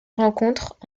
rencontrent